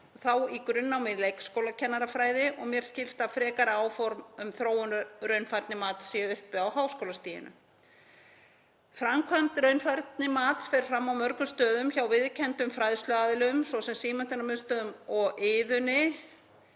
þá í grunnnámi í leikskólakennarafræði, og mér skilst að frekari áform um þróun raunfærnimats séu uppi á háskólastiginu. Framkvæmd raunfærnimats fer fram á mörgum stöðum hjá viðurkenndum fræðsluaðilum, svo sem símenntunarmiðstöðvum og Iðunni,